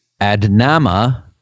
Adnama